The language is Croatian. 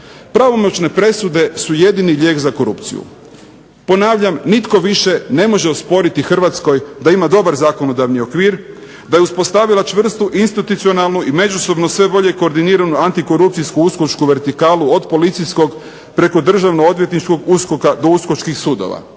Pravomoćne presude su jedini lijek za korupciju. Ponavljam nitko više ne može osporiti Hrvatskoj da ima dobar zakonodavni okvir, da je uspostavila čvrstu institucionalnu i međusobno sve bolje koordiniranu antikorupcijsku uskočku vertikalu od policijskog preko državnoodvjetničkog USKOK-a, do uskočkih sudova.